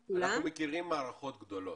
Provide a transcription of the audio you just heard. קרן, אנחנו מכירים מערכות גדולות.